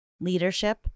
leadership